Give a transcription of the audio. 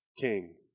King